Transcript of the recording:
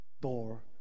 door